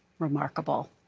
remarkable.